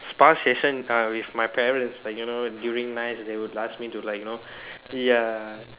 spa session err with my parents like you know during nice they would ask me to you know ya